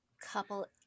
couple